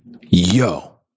Yo